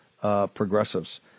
progressives